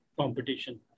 competition